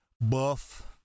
buff